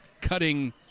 cutting